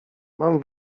mam